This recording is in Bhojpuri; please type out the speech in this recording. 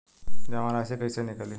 जमा राशि कइसे निकली?